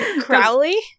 Crowley